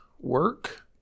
work